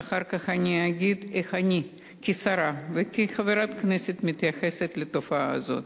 ואחר כך אני אגיד איך אני כשרה וכחברת כנסת מתייחסת לתופעה הזאת.